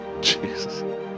Jesus